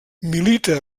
milita